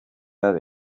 have